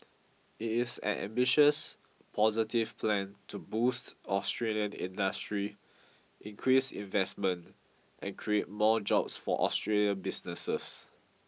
it is an ambitious positive plan to boost Australian industry increase investment and create more jobs for Australian businesses